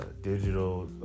digital